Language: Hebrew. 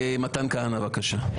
מתן כהנא, בבקשה.